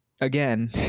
Again